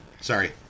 Sorry